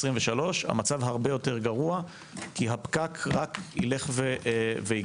המצב הרבה יותר גרוע כי הפקק רק ילך ויגדל.